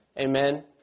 Amen